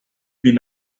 been